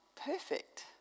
perfect